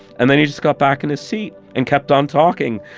and then he just got back in his seat and kept on talking.